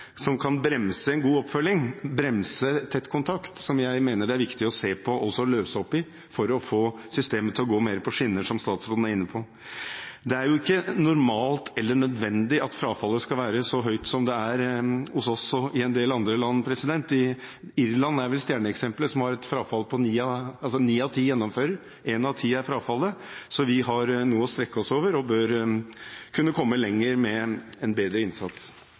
som kan bremse en god oppfølging, bremse tett kontakt, som jeg mener det er viktig å se på og løse opp i for å få systemet til å gå mer på skinner, som statsråden var inne på. Det er jo ikke normalt eller nødvendig at frafallet skal være så høyt som det er hos oss og i en del andre land. Irland er vel stjerneeksemplet, der ni av ti gjennomfører, og én av ti faller fra. Så vi har noe å strekke oss etter og bør kunne komme lengre med en bedre innsats.